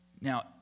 Now